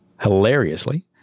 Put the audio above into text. hilariously